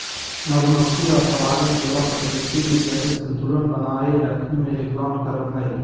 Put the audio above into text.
मधुमक्खी और परागण सेवा प्रकृति में जैविक संतुलन बनाए रखे में योगदान करो हइ